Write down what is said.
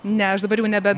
ne aš dabar jau nebe